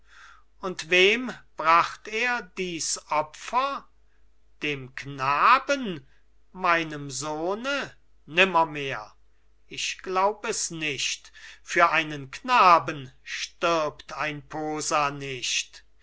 und wem bracht er dies opfer dem knaben meinem sohne nimmermehr ich glaub es nicht für einen knaben stirbt ein posa nicht